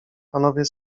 panowie